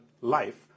life